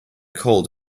cold